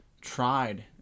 tried